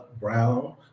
brown